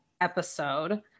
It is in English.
episode